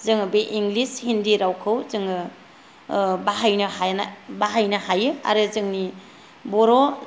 जोङो बे इंलिस हिन्दि रावखौ जोङो बाहायनो हानाय बाहायनो हायो आरो जोंनि बर'